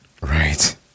right